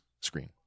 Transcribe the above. screen